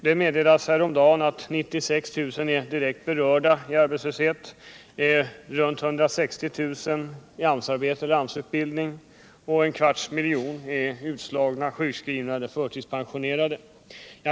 Det meddelades härom dagen att 96000 är direkt berörda av arbetslöshet, omkring 160 000 är i AMS-arbete eller AMS-utbildning och en kvarts miljon är utslagna — sjukskrivna eller förtidspensionerade.